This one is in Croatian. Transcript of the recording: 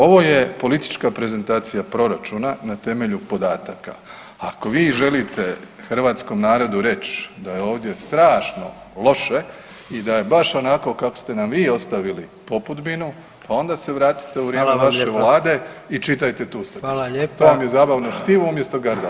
Ovo je politička prezentacija proračuna na temelju podataka, ako vi želite hrvatskom narodu reć da je ovdje strašno loše i da je baš onako kako ste nam vi ostavili popudbinu, pa onda se vratite u [[Upadica predsjednik: Hvala vam lijepo.]] vrijeme vaše vlade i čitajte tu statistiku [[Upadica predsjednik: Hvala lijepa.]] to vam je zabavno štivo umjesto Gardalanda.